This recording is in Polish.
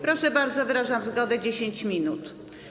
Proszę bardzo, wyrażam zgodę na 10 minut.